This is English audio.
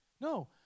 No